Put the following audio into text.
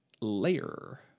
layer